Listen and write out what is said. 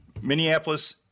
Minneapolis